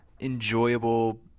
enjoyable